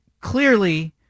clearly